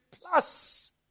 plus